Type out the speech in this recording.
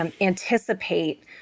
anticipate